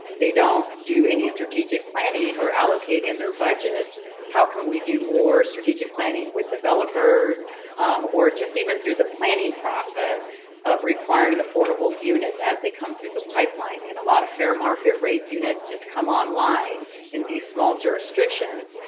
they don't do any strategic planning or allocate in their budgets how can we do more strategic planning with developers or just even through the planning process of requiring and affordable units as they come through the pipeline. and a lot of fair market rate units just come online in these small jurisdictions.